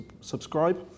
subscribe